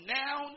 now